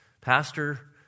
Pastor